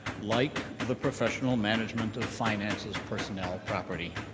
like the professional management of finances, personnel, property,